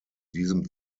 diesem